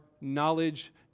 knowledge